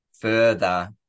further